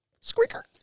squeaker